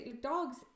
dogs